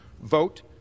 vote